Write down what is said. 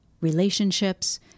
relationships